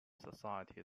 society